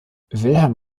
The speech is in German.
wilhelm